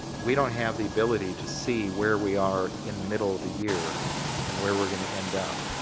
we don't have the ability to see where we are in the middle of the year and where we're going to end up.